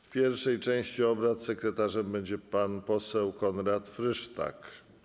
W pierwszej części obrad sekretarzem będzie pan poseł Konrad Frysztak.